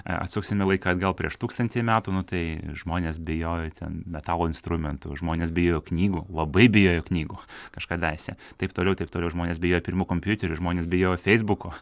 a atsuksime laiką atgal prieš tūkstantį metų nu tai žmonės bijojo ten metalo instrumentų žmonės bijojo knygų labai bijojo knygų kažkadaise taip toliau taip toliau žmonės bijojo pirmų kompiuterių žmonės bijojo feisbuko